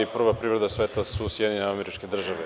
Prva privreda sveta su SAD.